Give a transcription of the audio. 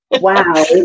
Wow